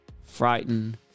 frightened